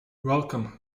welcome